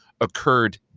occurred